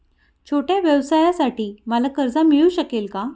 छोट्या व्यवसायासाठी मला कर्ज मिळू शकेल का?